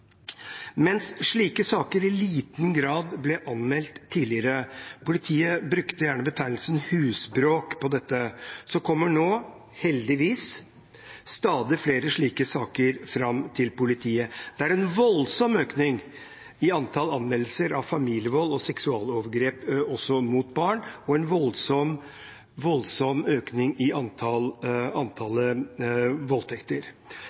Mens slike saker i liten grad ble anmeldt tidligere – politiet brukte gjerne betegnelsen «husbråk» på dette – kommer nå, heldigvis, stadig flere slike saker fram til politiet. Det er en voldsom økning i antall anmeldelser av familievold og seksualovergrep, også mot barn, og en voldsom økning i antallet voldtekter.